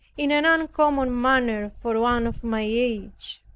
in an uncommon manner for one of my age.